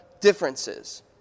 Differences